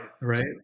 right